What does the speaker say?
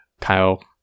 Kyle